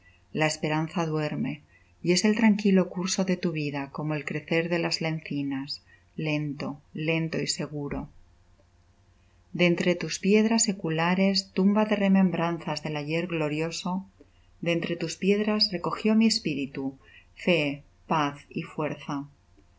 la esperanza duerme y es el tranquilo curso de tu vida como el crecer de las encinas lento lento y seguro de entre tus piedras seculares tumba de remembranzas del ayer glorioso de entre tus piedras recogió mi espíritu fe paz y fuerza